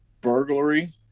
burglary